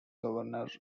governor